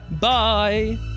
bye